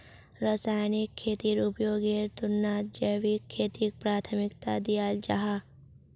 रासायनिक खेतीर उपयोगेर तुलनात जैविक खेतीक प्राथमिकता दियाल जाहा